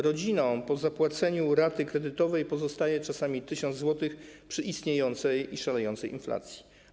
Rodzinom po zapłaceniu raty kredytowej pozostaje czasami 1 tys. zł przy istniejącej i szalejącej inflacji.